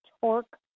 torque